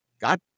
God